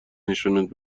نشونت